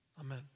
Amen